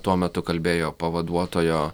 tuo metu kalbėjo pavaduotojo